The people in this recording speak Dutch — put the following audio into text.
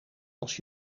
als